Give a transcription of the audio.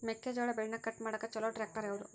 ಮೆಕ್ಕೆ ಜೋಳ ಬೆಳಿನ ಕಟ್ ಮಾಡಾಕ್ ಛಲೋ ಟ್ರ್ಯಾಕ್ಟರ್ ಯಾವ್ದು?